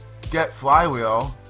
GetFlywheel